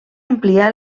amplià